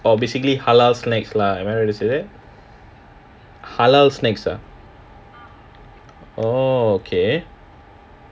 oh basically halal snacks lah am I right to say that halal snacks ah oh okay